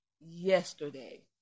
yesterday